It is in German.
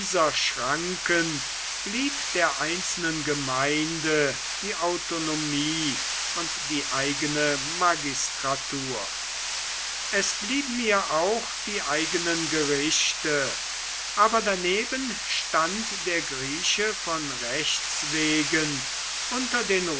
schranken blieb der einzelnen gemeinde die autonomie und die eigene magistratur es blieben ihr auch die eigenen gerichte aber daneben stand der grieche von rechts wegen unter den